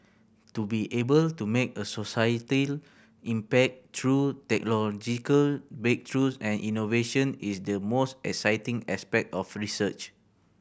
to be able to make a societal impact through technological breakthroughs and innovation is the most exciting aspect of research